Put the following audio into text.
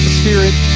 spirit